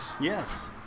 Yes